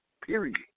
Period